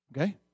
Okay